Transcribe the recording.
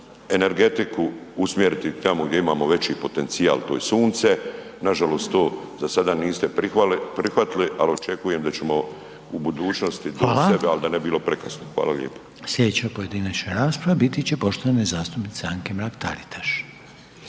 energetiku usmjeriti tamo gdje imamo veći potencijal, to je sunce, nažalost to za sada niste prihvatili, al očekujem da ćemo u budućnosti …/Upadica: Hvala/…to sebi, al da ne bi bilo prekasno. Hvala lijepo. **Reiner, Željko (HDZ)** Slijedeća pojedinačna rasprava biti će poštovane zastupnice Anke Mrak-Taritaš.